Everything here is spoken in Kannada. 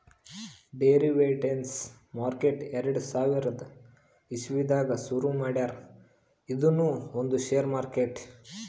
ಡೆರಿವೆಟಿವ್ಸ್ ಮಾರ್ಕೆಟ್ ಎರಡ ಸಾವಿರದ್ ಇಸವಿದಾಗ್ ಶುರು ಮಾಡ್ಯಾರ್ ಇದೂನು ಒಂದ್ ಷೇರ್ ಮಾರ್ಕೆಟ್